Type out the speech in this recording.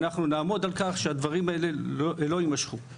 ואנחנו נעמוד על כך שהדברים האלה לא יימשכו.